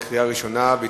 להעביר את